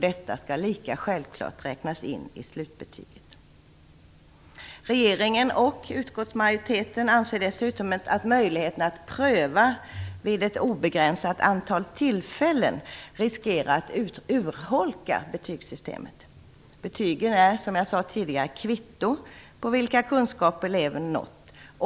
Detta skall lika självfallet räknas in i slutbetyget. Regeringen och utskottsmajoriteten anser dessutom att möjligheten att pröva vid ett obegränsat antal tillfällen riskerar att urholka betygssystemet. Betygen är som jag sade tidigare kvitto på vilka kunskaper eleven nått.